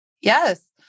Yes